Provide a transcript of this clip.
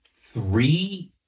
three